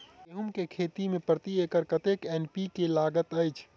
गेंहूँ केँ खेती मे प्रति एकड़ कतेक एन.पी.के लागैत अछि?